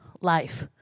life